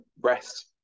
rest